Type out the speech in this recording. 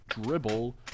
dribble